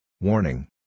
Warning